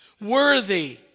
Worthy